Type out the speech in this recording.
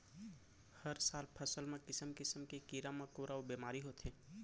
हर साल फसल म किसम किसम के कीरा मकोरा अउ बेमारी होथे